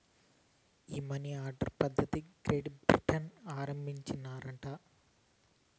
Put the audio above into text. ఈ money order పద్ధతిది Great Britain ల ఆరంబించినారట